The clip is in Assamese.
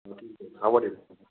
হ'ব দিয়ক